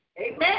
Amen